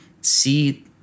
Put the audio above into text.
see